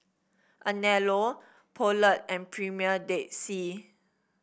Anello Poulet and Premier Dead Sea